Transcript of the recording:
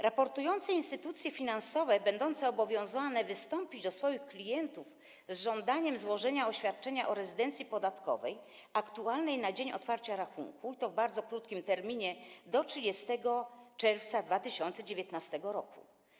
Raportujące instytucje finansowe będą obowiązane wystąpić do swoich klientów z żądaniem złożenia oświadczenia o rezydencji podatkowej aktualnej na dzień otwarcia rachunku, i to w bardzo krótkim terminie do 30 czerwca 2019 r.